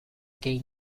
gain